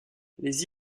les